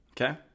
Okay